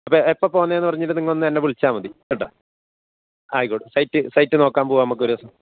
അപ്പോൾ എപ്പോൾ പോകുന്നത് എന്നു പറഞ്ഞിട്ട് നിങ്ങൾ ഒന്ന് എന്നെ വിളിച്ചാൽ മതി കേട്ടൊ ആയിക്കോട്ടെ സൈറ്റ് സൈറ്റ് നോക്കാൻ പോവാം നമ്മൾക്ക് ഒരു ദിവസം